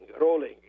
rolling